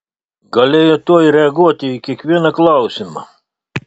galėjo tuoj reaguoti į kiekvieną klausimą